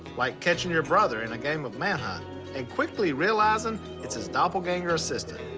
like catching your brother in a game of man-hunt and quickly realizing it's his doppelganger assistant.